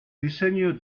diseño